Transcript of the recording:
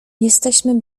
jesteśmy